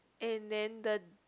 and then the